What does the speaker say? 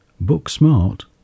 book-smart